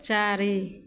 चारि